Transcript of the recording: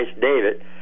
David